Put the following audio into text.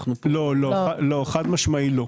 חד-משמעית לא.